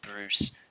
Bruce